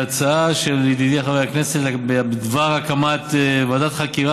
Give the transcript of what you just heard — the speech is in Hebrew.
ההצעה של ידידי חבר הכנסת בדבר הקמת ועדת חקירה